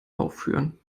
aufführen